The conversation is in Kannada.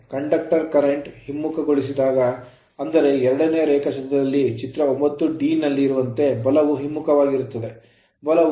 conductor ವಾಹಕದಲ್ಲಿನ current ಕರೆಂಟ್ ಹಿಮ್ಮುಖಗೊಳಿಸಿದಾಗ ಅಂದರೆ ಎರಡನೆಯ ರೇಖಾಚಿತ್ರದಲ್ಲಿದ್ದಾಗ ಚಿತ್ರ 9ನಲ್ಲಿರುವಂತೆ ಬಲವೂ ಹಿಮ್ಮುಖವಾಗಿರುತ್ತದೆ